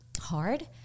hard